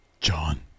John